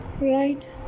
right